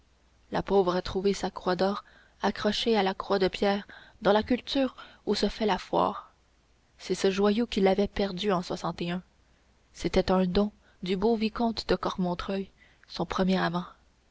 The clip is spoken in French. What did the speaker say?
un pauvre a trouvé sa croix d'or accrochée à la croix de pierre dans la culture où se fait la foire c'est ce joyau qui l'avait perdue en c'était un don du beau vicomte de cormontreuil son premier amant